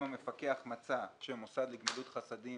אם המפקח מצא שמוסד לגמילות חסדים